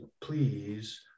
please